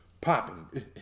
Popping